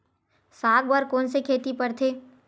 साग बर कोन से खेती परथे?